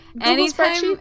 anytime